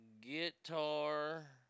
Guitar